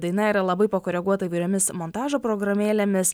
daina yra labai pakoreguota įvairiomis montažo programėlėmis